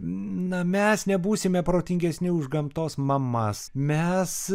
na mes nebūsime protingesni už gamtos mamas mes